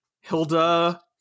Hilda